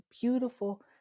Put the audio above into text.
beautiful